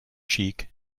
cheek